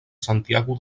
santiago